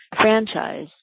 franchise